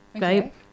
Right